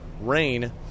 rain